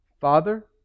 Father